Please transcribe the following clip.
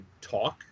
talk